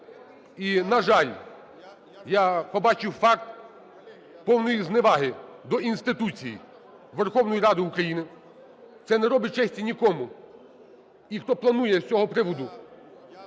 І, на жаль, я побачив факт повної зневаги до інституцій Верховної Ради України, це не робить честі нікому. І хто планує з цього приводу